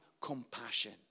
compassion